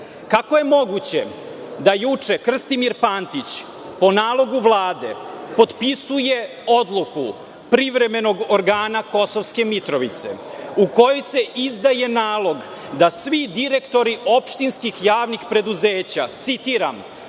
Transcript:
Kako je moguće da juče Krstimir Pantić, po nalogu Vlade, potpisuje odluku privremenog organa Kosovske Mitrovice u kojoj se izdaje nalog da svi direktori opštinskih javnih preduzeća, citiram: